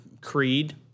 Creed